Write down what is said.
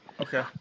okay